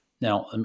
Now